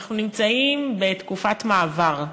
אנחנו נמצאים בתקופת מעבר.